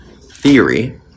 Theory